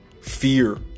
fear